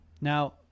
Now